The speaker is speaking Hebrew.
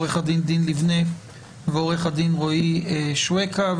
עורך הדין דין לבנה ועורך הדין רועי שווקה.